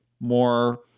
More